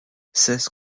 seize